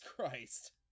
Christ